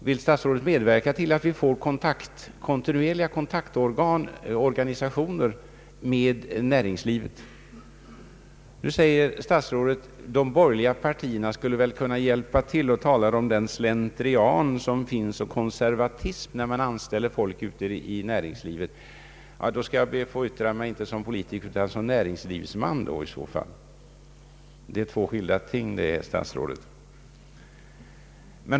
Vill statsrådet medverka till att vi får organ för kontinuerlig kontakt med näringslivet? Nu säger statsrådet, att de borgerliga partierna skulle kunna hjälpa till härvidlag, och han talar om den slentrian och konservatism som förekommer när man anställer folk inom näringslivet. Då skall jag be att få yttra mig som näringsman och inte som politiker. Det är två skilda ting det, herr statsråd.